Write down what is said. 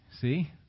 see